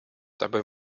dabei